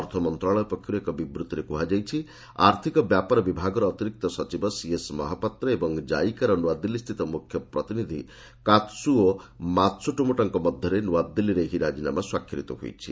ଅର୍ଥ ମନ୍ତ୍ରଣାଳୟ ପକ୍ଷରୁ ଏକ ବିବୂତ୍ତିରେ କୁହାଯାଇଛି ଆର୍ଥକ ବ୍ୟାପାର ବିଭାଗର ଅତିରିକ୍ତ ସଚିବ ସିଏସ୍ ମହାପାତ୍ର ଏବଂ ଜାଇକାର ନୂଆଦିଲ୍ଲୀସ୍ଥିତ ମୁଖ୍ୟ ପ୍ରତିନିଧି କାତ୍ସୁଓ ମାତ୍ସୁମୋଟୋଙ୍କ ମଧ୍ୟରେ ନୂଆଦିଲ୍ଲୀରେ ଏହି ରାଜିନାମା ସ୍ୱାକ୍ଷରିତ ହୋଇଛି